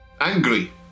angry